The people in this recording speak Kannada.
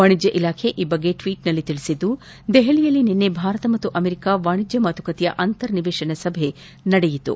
ವಾಣಿಜ್ಯ ಇಲಾಖೆ ಈ ಕುರಿತು ಟ್ವೀಟ್ನಲ್ಲಿ ತಿಳಿಸಿದ್ದು ನವದೆಹಲಿಯಲ್ಲಿ ನಿನ್ನೆ ಭಾರತ ಮತ್ತು ಅಮೆರಿಕ ವಾಣಿಜ್ಯ ಮಾತುಕತೆಯ ಅಂತರ್ನಿವೇಶನ ಸಭೆ ನಡೆಯಿತು